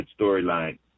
storyline